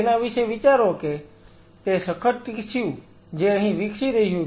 તેના વિશે વિચારો કે તે સખત ટિશ્યુ જે અહીં વિકસી રહ્યું છે